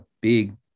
big